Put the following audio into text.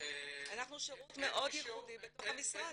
אנחנו שירות מאוד ייחודי בתוך המשרד.